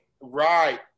Right